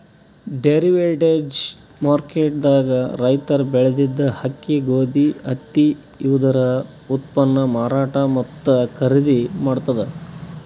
derivatives market ದಾಗ್ ರೈತರ್ ಬೆಳೆದಿದ್ದ ಅಕ್ಕಿ ಗೋಧಿ ಹತ್ತಿ ಇವುದರ ಉತ್ಪನ್ನ್ ಮಾರಾಟ್ ಮತ್ತ್ ಖರೀದಿ ಮಾಡ್ತದ್